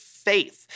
faith